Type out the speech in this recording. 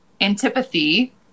antipathy